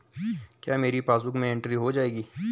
क्या मेरी पासबुक में एंट्री हो जाएगी?